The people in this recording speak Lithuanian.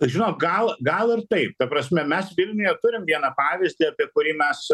žinot gal gal ir taip ta prasme mes vilniuje turim vieną pavyzdį apie kurį mes